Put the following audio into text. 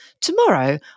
Tomorrow